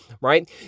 right